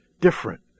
different